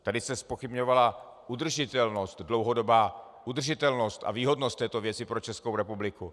Tady se zpochybňovala dlouhodobá udržitelnost a výhodnost této věci pro Českou republiku.